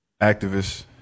activist